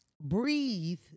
breathe